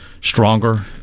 stronger